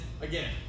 again